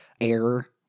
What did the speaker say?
air